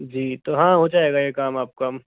जी तो हाँ हो जाएगा ये काम आपका